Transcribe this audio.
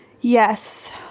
Yes